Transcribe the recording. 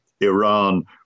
Iran